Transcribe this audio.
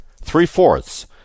three-fourths